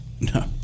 No